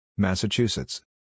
Massachusetts